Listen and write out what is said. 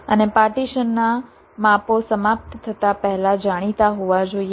અને પાર્ટીશનના માપો સમાપ્ત થતા પહેલા જાણીતા હોવા જોઈએ